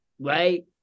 right